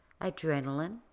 adrenaline